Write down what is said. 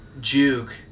juke